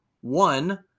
One